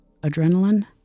Adrenaline